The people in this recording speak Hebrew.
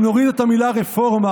אם נוריד את המילה "רפורמה",